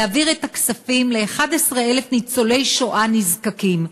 להעביר את הכספים ל-11,000 ניצולי שואה נזקקים.